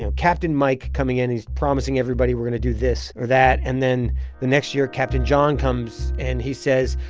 and captain mike coming in, and he's promising everybody we're going to do this or that. and then the next year, captain john comes, and he says,